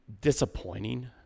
disappointing